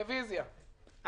רוויזיה.